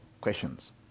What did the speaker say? questions